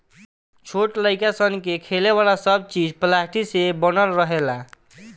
छोट लाइक सन के खेले वाला सब चीज़ पलास्टिक से बनल रहेला